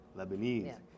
Lebanese